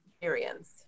experience